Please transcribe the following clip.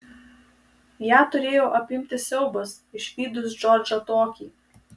ją turėjo apimti siaubas išvydus džordžą tokį